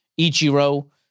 Ichiro